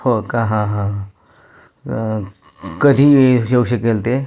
हो का हां हां कधी येऊ शकेल ते